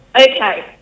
okay